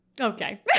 okay